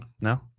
No